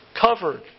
covered